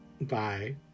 Bye